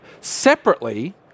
separately